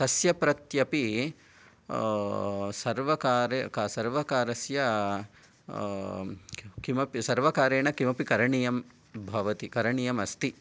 तस्य प्रत्यपि सर्वकारे सर्वकारस्य किमपि सर्वकारेण किमपि करणीयम् भवति करणियम् अस्ति